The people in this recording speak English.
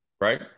Right